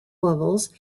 levels